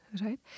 right